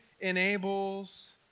enables